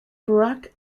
barack